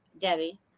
Debbie